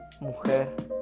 mujer